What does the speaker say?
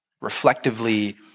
reflectively